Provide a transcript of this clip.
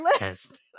list